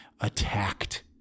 attacked